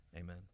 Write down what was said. Amen